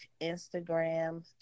instagram